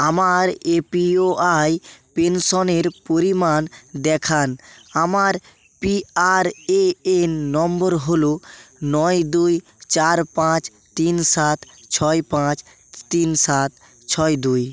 আমার A P Y পেনশনের পরিমাণ দেখান আমার পি আর এ এন নম্বর হলো নয় দুই চার পাঁচ তিন সাত ছয় পাঁচ তিন সাত ছয় দুই